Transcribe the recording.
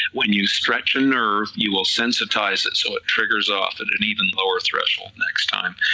when you stretch a nerve you will sensitize it so it triggers off in an even lower threshold next time,